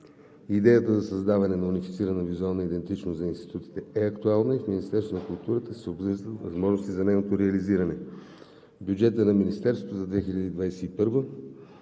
Идеята за създаване на унифицирана визуална идентичност за институтите е актуална и в Министерството на културата се обсъждат възможности за нейното реализиране. В бюджета на Министерството за 2021 г. са